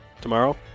Tomorrow